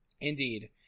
Indeed